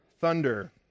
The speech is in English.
thunder